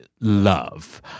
love